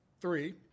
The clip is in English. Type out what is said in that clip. Three